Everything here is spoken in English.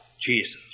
Jesus